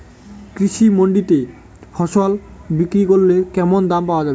কৃষি মান্ডিতে ফসল বিক্রি করলে কেমন দাম পাওয়া যাবে?